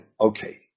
okay